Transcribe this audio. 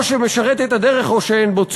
או שמשרת את הדרך או שאין בו צורך.